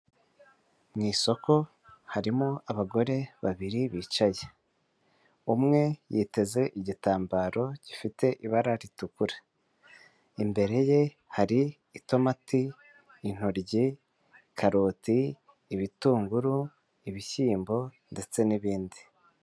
Mu isoko harimo abagore babiri bicaye, umwe yiteze igitambaro gifite ibara ritukura, imbere ye hari itomati, intoryi, karoti, ibitungururu, ibishyimbo ndetse n'ibindi.